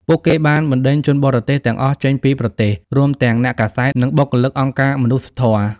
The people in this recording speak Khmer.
ពួកគេបានបណ្ដេញជនបរទេសទាំងអស់ចេញពីប្រទេស រួមទាំងអ្នកកាសែត និងបុគ្គលិកអង្គការមនុស្សធម៌។